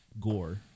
Gore